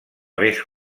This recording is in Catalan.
més